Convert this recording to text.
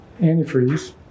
antifreeze